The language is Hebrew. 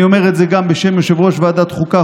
אני אומר את זה גם בשם יושב-ראש ועדת החוקה,